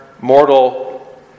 mortal